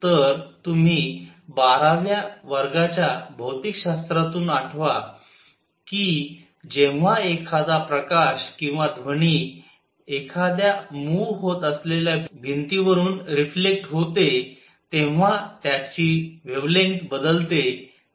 तर तुम्ही बाराव्या वर्गाच्या भौतिकशास्त्रातून आठवा की जेंव्हा एखादा प्रकाश किंवा ध्वनी एखाद्या मूव्ह होत असलेल्या भिंतीवरून रिफ्लेक्ट होते तेंव्हा त्याची वेव्हलेंग्थ बदलते त्याची फ्रिक्वेन्सी बदलते